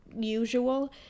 usual